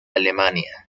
alemania